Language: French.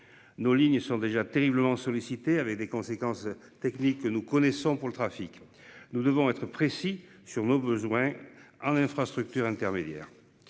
Nos lignes sont déjà terriblement sollicités avec des conséquences techniques que nous connaissons pour le trafic. Nous devons être précis sur nos besoins en infrastructures intermédiaires.